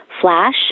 Flash